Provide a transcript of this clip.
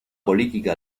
política